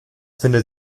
findet